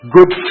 Good